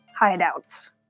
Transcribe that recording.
hideouts